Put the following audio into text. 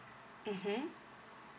mmhmm